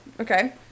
Okay